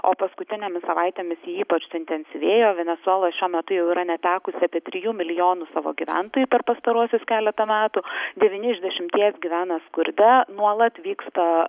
o paskutinėmis savaitėmis ji ypač suintensyvėjo venesuela šiuo metu jau yra netekusi apie trijų milijonų savo gyventojų per pastaruosius keletą metų devyni iš dešimties gyvena skurde nuolat vyksta